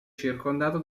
circondato